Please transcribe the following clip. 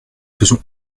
faisons